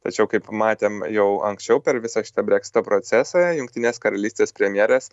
tačiau kaip matėm jau anksčiau per visą šitą breksito procesą jungtinės karalystės premjerės